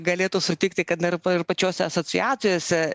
galėtų sutikti kad na ir ir pačiose asociacijose